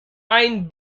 ein